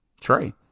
Trey